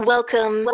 Welcome